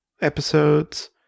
episodes